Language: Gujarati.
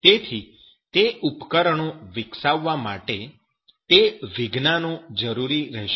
તેથી તે ઉપકરણો વિકસાવવા માટે તે વિજ્ઞાનો જરૂરી રહેશે